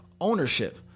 ownership